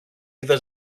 είδα